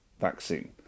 vaccine